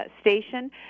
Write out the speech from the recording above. station